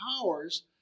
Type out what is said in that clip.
powers